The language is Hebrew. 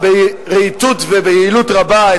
ברהיטות וביעילות רבה,